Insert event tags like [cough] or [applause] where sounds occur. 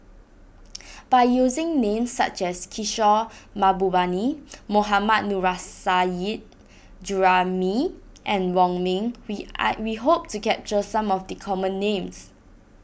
[noise] by using names such as Kishore Mahbubani Mohammad Nurrasyid Juraimi and Wong Ming we [noise] we hope to capture some of the common names